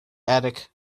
attic